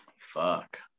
fuck